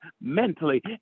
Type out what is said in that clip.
mentally